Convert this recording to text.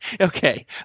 Okay